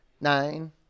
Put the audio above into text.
nine